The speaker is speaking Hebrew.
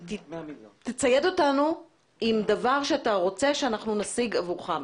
צייד אותנו בדבר שאתה רוצה שנשיג עבורך.